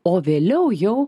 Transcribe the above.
o vėliau jau